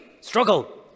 struggle